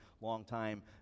longtime